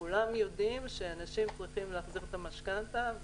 כולם יודעים שאנשים צריכים להחזיר את המשכנתה.